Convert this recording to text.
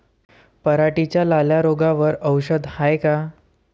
पराटीच्या लाल्या रोगावर औषध हाये का?